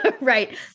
Right